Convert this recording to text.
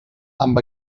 amb